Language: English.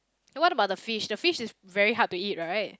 what about the fish the fish is very hard to eat right